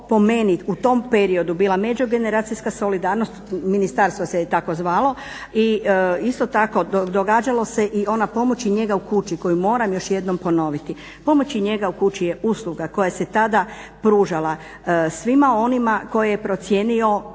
u tom periodu bila međugeneracijska solidarnost, ministarstvo se je tako zvalo i isto tako događalo se i ona pomoć i njega u kući koju moram još jednom ponoviti, pomoć i njega u kući je usluga koja se tada pružala svima onima koje je procijenio